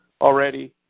already